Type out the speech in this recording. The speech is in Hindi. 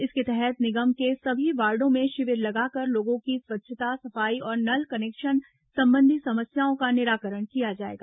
इसके तहत निगम के सभी वार्डो में शिविर लगाकर लोगों की स्वास्थ्य सफाई और नल कलेक्शन संबंधित समस्याओं का निराकरण किया जाएगा